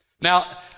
Now